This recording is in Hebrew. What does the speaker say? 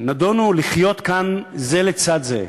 נידונו לחיות כאן זה לצד זה.